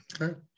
Okay